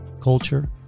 culture